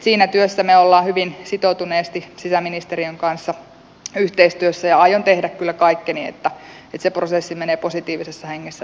siinä työssä me olemme hyvin sitoutuneesti sisäministeriön kanssa yhteistyössä ja aion tehdä kyllä kaikkeni että se prosessi menee positiivisessa hengessä